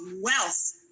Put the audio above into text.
wealth